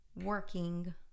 working